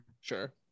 Sure